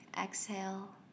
exhale